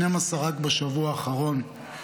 12 רק בשבוע האחרון.